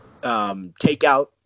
takeout